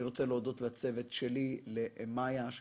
אני רוצה להודות לצוות שלי - למיה עזריה